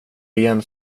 igen